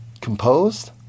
composed